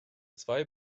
zwei